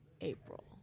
April